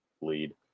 lead